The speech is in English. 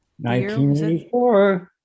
1984